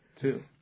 Two